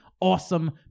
Awesome